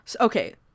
Okay